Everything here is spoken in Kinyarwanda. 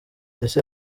ese